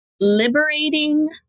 Liberating